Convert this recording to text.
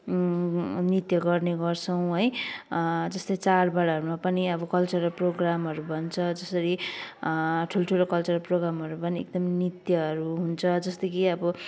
नृत्य गर्ने गर्छौँ है जस्तै चाड बाडहरूमा पनि अब कल्चरल प्रोग्रामहरू भन्छ जसरी ठुल्ठुलो कल्चरल प्रोग्रामहरू पनि एकदमै नृत्यहरू हुन्छ जस्तो कि अब